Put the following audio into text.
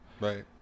right